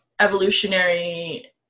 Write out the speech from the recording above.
evolutionary